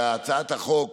שהצעת חוק